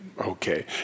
Okay